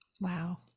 wow